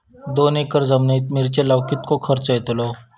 दोन एकर जमिनीत मिरचे लाऊक कितको खर्च यातलो?